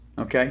Okay